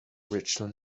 richland